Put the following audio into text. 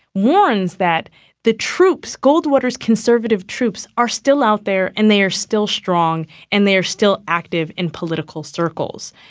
warns that the troops, goldwater's conservative troops are still out there and they are still strong and they are still active in political circles.